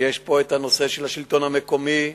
יש פה נושא השלטון המקומי,